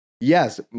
Yes